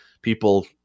People